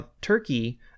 Turkey